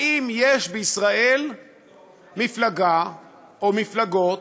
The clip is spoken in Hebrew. האם יש בישראל מפלגה או מפלגות,